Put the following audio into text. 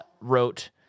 wrote